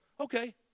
Okay